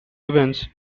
events